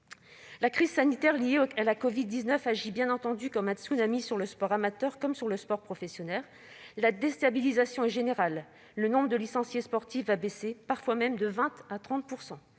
La crise sanitaire liée à la covid-19 agit bien évidemment comme un tsunami sur le sport amateur comme sur le sport professionnel. La déstabilisation est générale : le nombre de licenciés sportifs va baisser, parfois même de 20 % à 30 %.